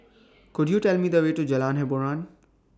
Could YOU Tell Me The Way to Jalan Hiboran